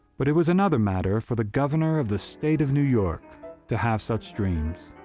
but it was another matter for the governor of the state of new york to have such dreams.